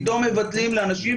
פתאום מבטלים לאנשים,